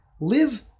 live